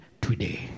today